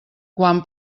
quan